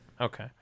okay